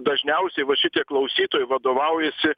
dažniausiai va šitie klausytojai vadovaujasi